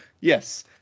yes